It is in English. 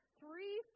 three